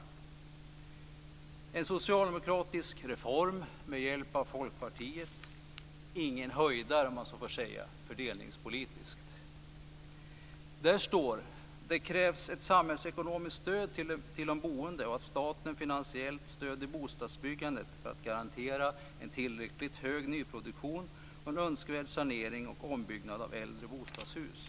Denna socialdemokratiska reform, genomförd med hjälp av Folkpartiet, var så att säga inte någon fördelningspolitisk höjdare. Det står där vidare: Det krävs ett samhällsekonomiskt stöd till de boende och att staten finansiellt stöder bostadsbyggandet för att garantera en tillräckligt hög nyproduktion och en önskvärd sanering och ombyggnad av äldre bostadshus.